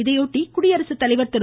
இதையொட்டி குடியரசுத் தலைவர் திரு